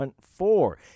four